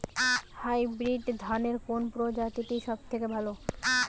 Hybrid ধানের কোন প্রজীতিটি সবথেকে ভালো?